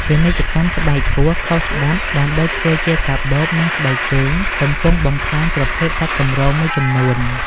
ពាណិជ្ជកម្មស្បែកពស់ខុសច្បាប់ ដើម្បីធ្វើជាកាបូប និងស្បែកជើង កំពុងបំផ្លាញប្រភេទសត្វកម្រមួយចំនួន។